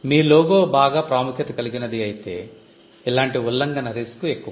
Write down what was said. మీ logo బాగా ప్రాముఖ్యత కలిగినది అయితే ఇలాంటి ఉల్లంఘన రిస్క్ ఎక్కువ